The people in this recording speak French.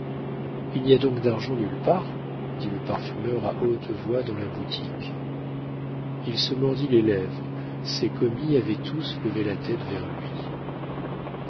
il n'y a donc d'argent nulle part dit le parfumeur à haute voix dans la boutique il se mordit les lèvres ses commis avaient tous levé la tête vers lui